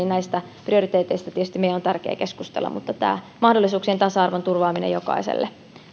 näistä prioriteeteista on tietysti meidän tärkeä keskustella mutta tämä mahdollisuuksien tasa arvon turvaaminen jokaiselle